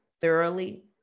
thoroughly